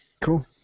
Cool